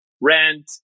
rent